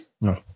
no